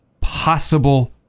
possible